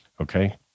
Okay